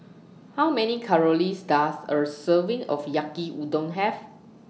How Many Calories Does A Serving of Yaki Udon Have